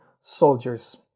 soldiers